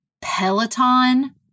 Peloton